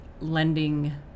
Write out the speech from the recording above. lending